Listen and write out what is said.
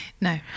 No